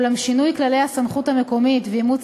אולם שינוי כללי הסמכות המקומית ואימוץ